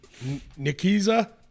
Nikiza